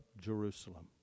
jerusalem